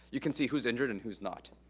you can see who's injured and who's not.